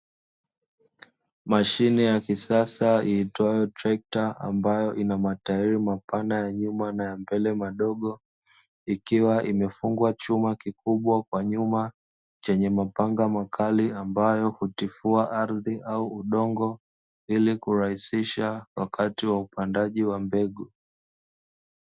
Mashine ya kisasa iitwayo trekta ambayo ina matairi mapana ya mbele na ya nyuma madogo, ikiwa imefungwa chuma kikubwa Kwa nyuma chenye mapanga makali ambayo hutifua ardhi au udongo, ili kurahisisha wakati wa upandaji wa mbegu.